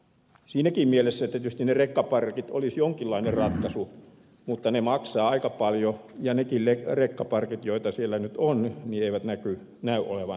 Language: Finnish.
siinäkin mielessä tietysti ne rekkaparkit olisivat jonkinlainen ratkaisu mutta ne maksavat aika paljon ja nekään rekkaparkit joita siellä nyt on eivät näy olevan käytössä